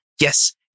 Yes